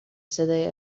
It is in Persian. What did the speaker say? صدای